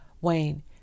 Wayne